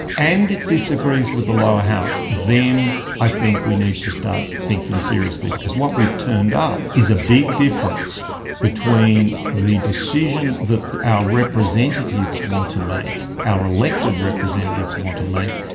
and it disagrees with the lower house, then i think we need to start thinking seriously. because what we've turned up is a big difference between the decision that our representatives want to make, our elected representatives want to make,